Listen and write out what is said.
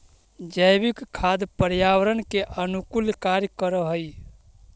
जैविक खाद पर्यावरण के अनुकूल कार्य कर हई